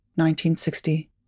1960